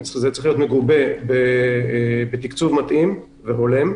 זה צריך להיות מגובה בתקצוב מתאים והולם,